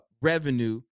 revenue